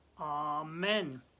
amen